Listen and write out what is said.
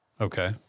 Okay